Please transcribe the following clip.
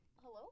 Hello